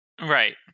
Right